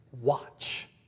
watch